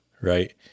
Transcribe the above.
right